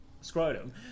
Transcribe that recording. scrotum